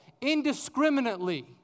indiscriminately